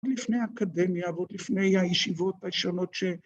‫לפני האקדמיה ועוד לפני הישיבות ‫השונות ש...